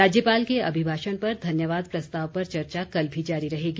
राज्यपाल के अभिभाषण पर धन्यवाद प्रस्ताव पर चर्चा कल भी जारी रहेगी